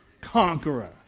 conqueror